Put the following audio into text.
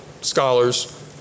scholars